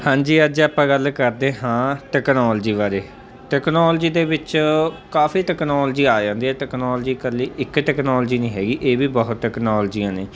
ਹਾਂਜੀ ਅੱਜ ਆਪਾਂ ਗੱਲ ਕਰਦੇ ਹਾਂ ਟੈਕਨੋਲਜੀ ਬਾਰੇ ਟੈਕਨੋਲਜੀ ਦੇ ਵਿੱਚ ਕਾਫ਼ੀ ਟੈਕਨੋਲਜੀ ਆ ਜਾਂਦੀ ਹੈ ਟੈਕਨੋਲਜੀ ਇਕੱਲੀ ਇੱਕ ਟੈਕਨੋਲਜੀ ਨਹੀਂ ਹੈਗੀ ਇਹ ਵੀ ਬਹੁਤ ਟੈਕਨੋਲੋਜੀਆਂ ਨੇ